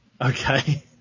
Okay